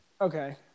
Okay